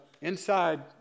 inside